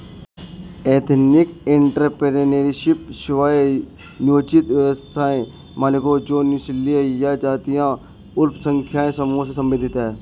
ethnic entrepreneurship, स्व नियोजित व्यवसाय मालिकों जो नस्लीय या जातीय अल्पसंख्यक समूहों से संबंधित हैं